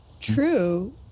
true